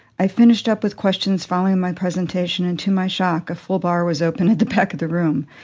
i finished up with questions following my presentation, and to my shock a full bar was open at the back of the room.